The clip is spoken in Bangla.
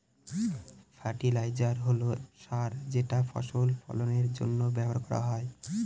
ফার্টিলাইজার হল সার যেটা ফসল ফলানের জন্য ব্যবহার করা হয়